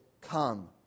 come